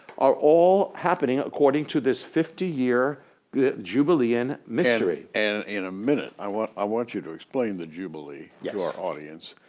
are all happening according to this fifty-year jubilean mystery. and in a minute i want i want you to explain the jubilee yeah to our audience,